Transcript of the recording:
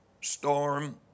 storm